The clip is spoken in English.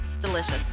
Delicious